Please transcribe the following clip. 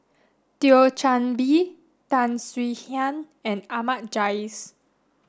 Thio Chan Bee Tan Swie Hian and Ahmad Jais